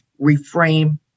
reframe